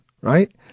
right